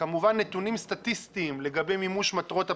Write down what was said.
וכמובן נתונים סטטיסטיים לגבי מימוש מטרות הפרויקט,